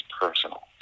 personal